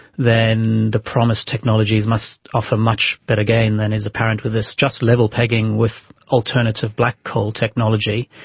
then the promised technologies must offer much better gain than is apparent with this just level pegging with alternative black coal technology.